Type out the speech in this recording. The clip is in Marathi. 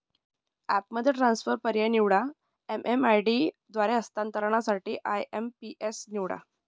ॲपमध्ये ट्रान्सफर पर्याय निवडा, एम.एम.आय.डी द्वारे हस्तांतरणासाठी आय.एम.पी.एस निवडा